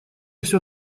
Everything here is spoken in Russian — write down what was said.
все